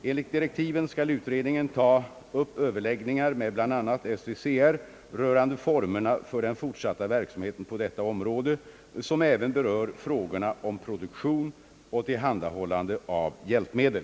Enligt direktiven skall utredningen ta upp överläggningar med bl.a. SYCR rörande formerna för den fortsatta verksamheten på detta område, som även berör frågorna om produktion och tillhandahållande av hjälpmedel.